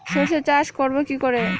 সর্ষে চাষ করব কি করে?